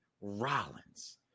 Rollins